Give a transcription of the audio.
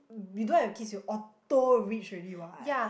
you don't have kids you auto rich already what